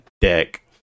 deck